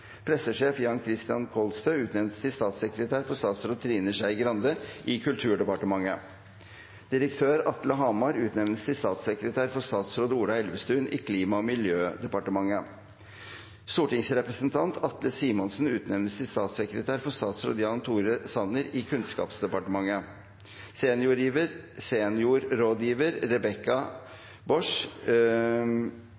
Pressesjef Jan-Christian Kolstø utnevnes til statssekretær for statsråd Trine Skei Grande i Kulturdepartementet. Direktør Atle Hamar utnevnes til statssekretær for statsråd Ola Elvestuen i Klima- og miljødepartementet. Stortingsrepresentant Atle Simonsen utnevnes til statssekretær for statsråd Jan Tore Sanner i Kunnskapsdepartementet. Seniorrådgiver Rebekka